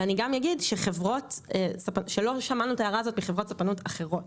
ואני גם אגיד שלא שמענו את ההערה הזאת מחברות ספנות אחרות.